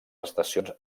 estacions